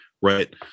right